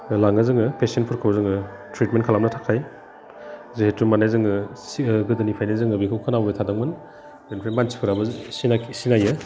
लाङो जोङो पेसेन्टफोरखौ जोङो ट्रिटमेन्ट खालामनो थाखाय जिहेथु माने जोङो सि गोदोनिफ्रायनो जोङो बेखौ खोनाबोबाय थादोंमोन बेनिफ्राय मानसिफ्राबो सिनायखि सिनायो